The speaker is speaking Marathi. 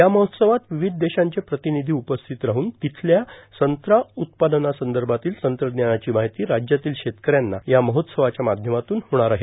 या महोत्सवात र्वावध देशांचे प्रार्तानधी उपस्थित राहून र्तथल्या संत्रा उत्पादनासंदभातील तंत्रज्ञानाची मार्ाहती राज्यातील शेतकऱ्यांना या महोत्सवाच्या माध्यमातून होणार आहे